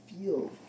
feel